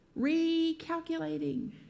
Recalculating